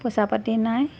পইচা পাতি নাই